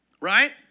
right